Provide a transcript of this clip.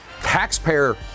taxpayer